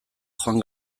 joan